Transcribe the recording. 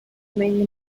mainly